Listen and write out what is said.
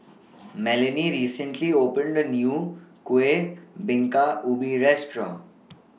Melanie recently opened A New Kueh Bingka Ubi Restaurant